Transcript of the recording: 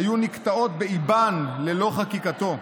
היו נגדעים באיבם ללא חקיקתו.